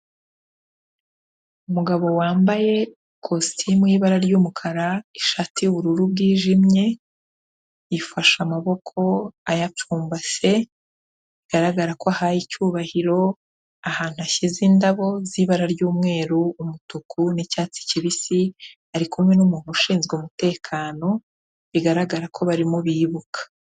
Umugabo wambaye ikositimu yibara ry'umukara ishati y'ubururu bwijimye, yifashe amaboko ayapfumbase bigaragara ko ahaye icyubahiro ahantu ashyize indabo z'ibara ry'umweru, umutuku, n'icyatsi kibisi, arikumwe n'umuntu ushinzwe umutekano bigaragara ko barimo bibuka.